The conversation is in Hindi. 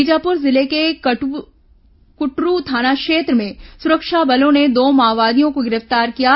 बीजापुर जिले के क्टरू थाना क्षेत्र में सुरक्षा बलों ने दो माओवादियों को गिरफ्तार किया है